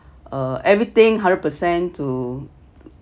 uh everything hundred percent to